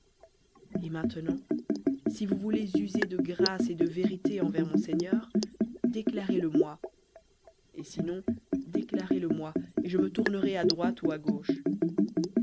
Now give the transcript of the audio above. et maintenant si vous voulez user de grâce et de vérité envers mon seigneur déclarez le moi et sinon déclarez le moi et je me tournerai à droite ou à gauche